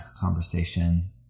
conversation